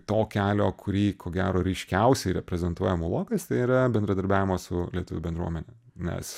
to kelio kurį ko gero ryškiausiai reprezentuoja mulokas tai yra bendradarbiavimo su lietuvių bendruomene nes